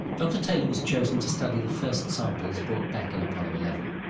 dr taylor was chosen to study the first samples brought back in apollo eleven.